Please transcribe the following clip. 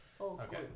Okay